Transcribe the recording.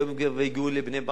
היום הם כבר הגיעו לבני-ברק,